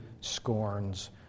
scorns